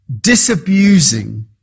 disabusing